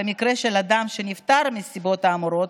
ובמקרה של אדם שנפטר בנסיבות האמורות,